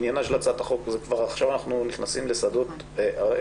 עניינה של הצעת החוק עכשיו אנחנו כבר נכנסים לשדות נוספים.